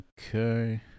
Okay